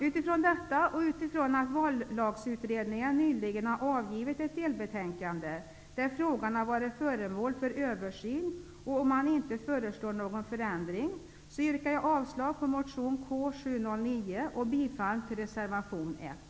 Utifrån detta och utifrån att Vallagsutredningen nyligen har avgivit ett delbetänkande, där frågan har varit föremål för översyn, och man inte föreslår någon förändring, yrkar jag avslag på motion K709 och bifall till reservation 1.